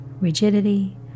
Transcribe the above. rigidity